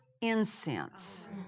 incense